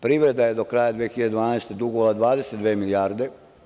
Privreda je do kraja 2012. godine dugovala 22 milijarde.